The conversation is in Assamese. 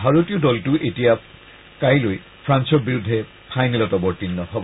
ভাৰতীয় দলটো এতিয়া কাইলৈ ফ্ৰান্সৰ বিৰুদ্ধে ফাইনেলত অৱৰ্তীণ হ'ব